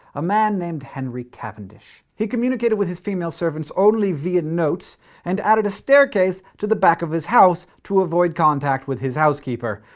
a man named henry cavendish. he communicated with his female servants only via notes and added a staircase to the back of his house to avoid contact with his housekeeper.